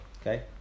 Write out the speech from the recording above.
okay